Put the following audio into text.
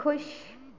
खुश